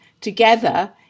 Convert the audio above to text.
together